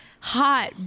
hot